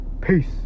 Peace